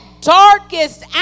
darkest